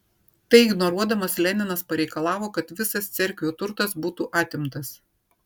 tai ignoruodamas leninas pareikalavo kad visas cerkvių turtas būtų atimtas